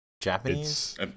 Japanese